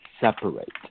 separate